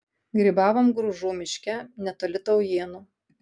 grybavom gružų miške netoli taujėnų